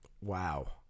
Wow